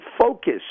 focus